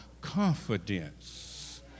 confidence